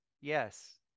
Yes